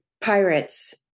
pirates